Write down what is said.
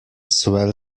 swell